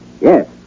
Yes